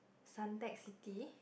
Suntec-City